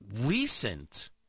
recent